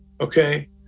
okay